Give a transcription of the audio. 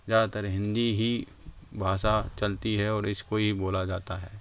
ज़्यादातर हिंदी ही भाषा चलती है और इसको ही बोला जाता है